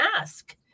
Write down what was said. ask